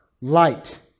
light